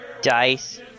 Dice